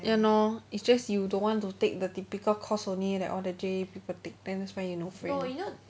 ya lor it's just you don't want to take the typical course only that the J_A_E people take then that's why you no friend